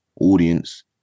audience